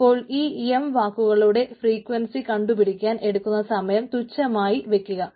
അപ്പോൾ ഈ എം വാക്കുകളുടെ ഫ്രീക്വൻസി കണ്ടു പിടിക്കാൻ എടുക്കുന്ന സമയം തുശ്ചമായി വയ്ക്കുകയാണ്